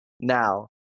now